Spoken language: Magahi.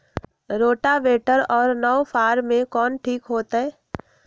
रोटावेटर और नौ फ़ार में कौन ठीक होतै?